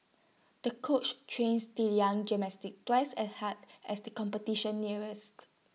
the coach trains the young gymnast twice as hard as the competition nearest